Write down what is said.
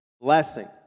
Blessing